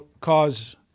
cause